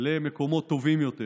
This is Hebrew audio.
למקומות טובים יותר.